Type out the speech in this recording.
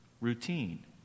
routine